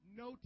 no